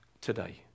today